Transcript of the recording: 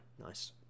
Nice